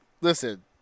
listen